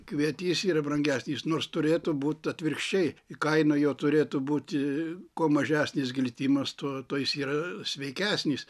kvietys yra brangesnis nors turėtų būt atvirkščiai kaina jo turėtų būt kuo mažesnis glitimas tuo tuo jis yra sveikesnis